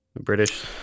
british